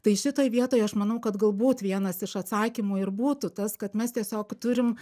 tai šitoj vietoj aš manau kad galbūt vienas iš atsakymų ir būtų tas kad mes tiesiog turim